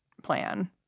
plan